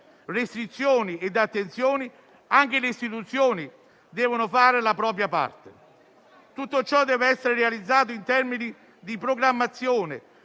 restrizioni ed attenzioni, anche le istituzioni devono fare la propria parte. Tutto ciò deve essere realizzato in termini di programmazione,